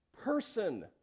person